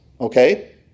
Okay